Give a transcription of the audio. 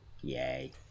yay